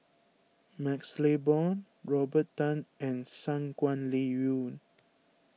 MaxLe Blond Robert Tan and Shangguan Liuyun